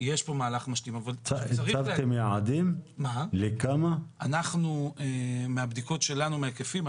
אבל אני רק מסביר, אנחנו בלב משבר דיור.